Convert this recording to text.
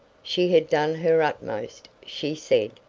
she had done her utmost, she said,